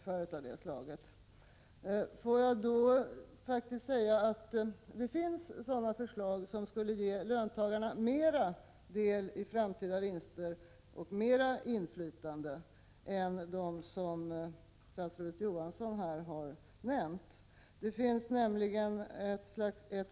Får jag då säga att det faktiskt finns flera sådana förslag som skulle ge löntagarna större del i framtida vinster och mer inflytande än de förslag som statsrådet Johansson här nämnde.